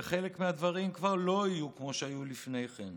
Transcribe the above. וחלק מהדברים כבר לא יהיו כמו שהם היו לפני כן.